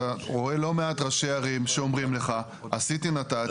אתה רואה לא מעט ראשי ערים שאומרים לך עשית נת"צ,